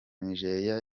nigeriya